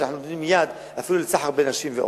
שאנחנו נותנים יד לסחר בנשים ועוד.